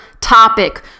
topic